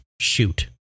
shoot